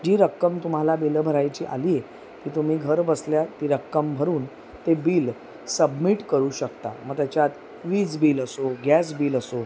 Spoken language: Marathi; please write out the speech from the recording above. जी रक्कम तुम्हाला बिलं भरायची आली आहे ती तुम्ही घरबसल्या ती रक्कम भरून ते बिल सबमिट करू शकता मग त्याच्यात वीज बिल असो गॅस बिल असो